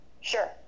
sure